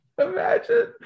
imagine